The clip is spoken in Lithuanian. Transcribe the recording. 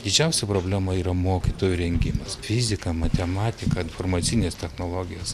didžiausia problema yra mokytojų rengimas fizika matematika informacinės technologijos